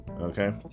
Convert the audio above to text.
okay